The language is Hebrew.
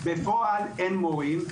בפועל אין מורים.